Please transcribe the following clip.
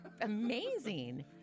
amazing